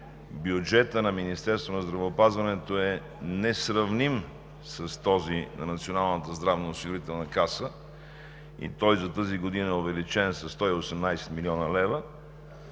бюджетът на Министерството на здравеопазването е несравним с този на НЗОК и той за тази година е увеличен със 118 млн. лв.,